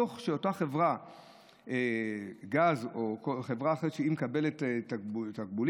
הדוח שאותה חברת גז או חברה אחרת שמקבלת תגמולים,